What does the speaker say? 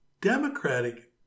democratic